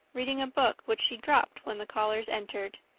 reading a book which she dropped when the callers entered.